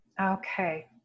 Okay